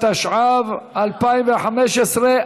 התשע"ו 2015,